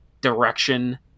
direction